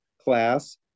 class